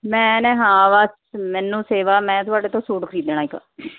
ਮੈਂ ਨਾ ਹਾਂ ਬਸ ਮੈਨੂੰ ਸੇਵਾ ਮੈਂ ਤੁਹਾਡੇ ਤੋਂ ਸੂਟ ਖਰੀਦਣਾ ਇੱਕ